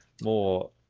more